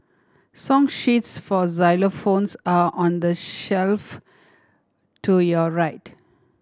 song sheets for xylophones are on the shelf to your right